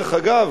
דרך אגב,